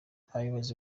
abayobozi